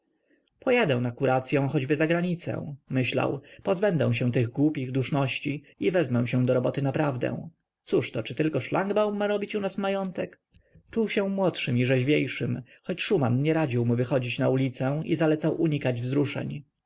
pojadę na kuracyą choćby za granicę myślał pozbędę się tych głupich duszności i wezmę się do roboty naprawdę cóżto czy tylko szlangbaum ma robić u nas majątek czuł się młodszym i rzeźwiejszym choć szuman nie radził mu wychodzić na ulicę i zalecał unikać wzruszeń